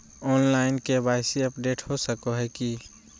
Online KYC update हो सको है की?